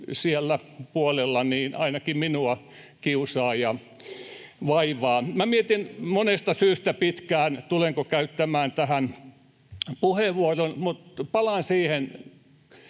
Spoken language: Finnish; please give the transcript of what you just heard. siellä puolella ainakin minua kiusaa ja vaivaa. Mietin monesta syystä pitkään, tulenko käyttämään tähän puheenvuoron, mutta palaan vielä